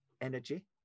energy